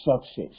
success